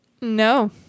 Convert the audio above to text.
No